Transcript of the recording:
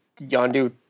yondu